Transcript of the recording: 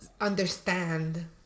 understand